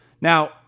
Now